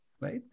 right